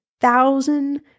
thousand